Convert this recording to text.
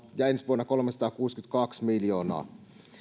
ja ensi vuonna kolmesataakuusikymmentäkaksi miljoonaa